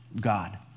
God